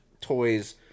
toys